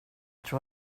tror